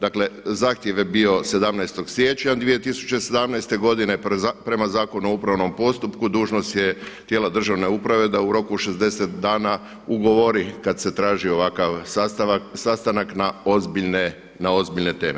Dakle zahtjev je bio 17. siječnja 2017. godine prema Zakonu o upravnom postupku, dužnost je tijela državne uprave da u roku od 60 dana ugovori kada se traži ovakav sastanak na ozbiljne teme.